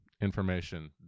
information